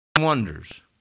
wonders